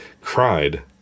cried